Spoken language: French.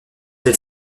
elle